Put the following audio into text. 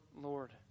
Lord